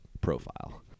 profile